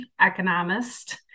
Economist